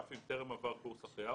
אף אם טרם עבר קורס החייאה,